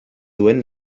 duen